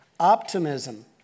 Optimism